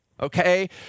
Okay